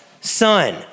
son